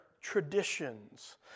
traditions